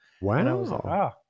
wow